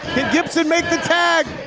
gibson make the tag?